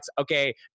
okay